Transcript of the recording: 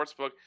Sportsbook